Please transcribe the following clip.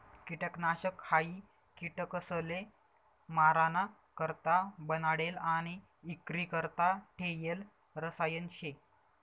किटकनाशक हायी किटकसले माराणा करता बनाडेल आणि इक्रीकरता ठेयेल रसायन शे